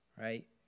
right